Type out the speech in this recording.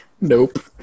Nope